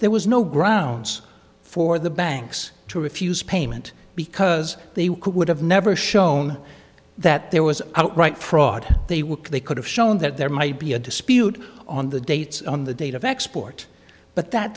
there was no grounds for the banks to refuse payment because they would have never shown that there was outright fraud they would they could have shown that there might be a dispute on the dates on the date of export but that